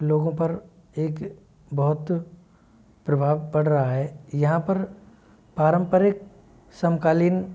लोगों पर एक बहुत प्रभाव पड़ रहा है यहाँ पर पारंपरिक समकालीन